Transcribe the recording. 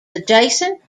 adjacent